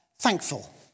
thankful